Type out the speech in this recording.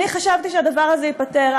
אני חשבתי שהדבר הזה ייפתר.